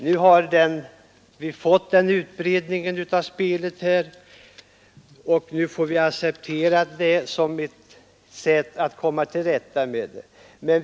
Nu har spelet fått en utbredning här och nu får vi acceptera det och försöka komma till rätta med det.